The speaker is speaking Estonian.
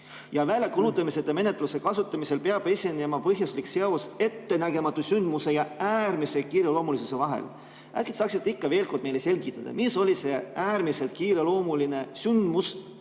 Ja väljakuulutamiseta menetluse kasutamisel peab esinema põhjuslik seos ettenägematu sündmuse ja äärmise kiireloomulisuse vahel. Äkki te saaksite veel kord meile selgitada, mis oli see äärmiselt kiireloomuline sündmus,